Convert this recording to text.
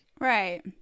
Right